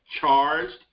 charged